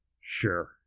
Sure